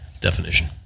definition